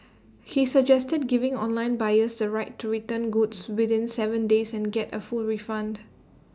he suggested giving online buyers the right to return goods within Seven days and get A full refund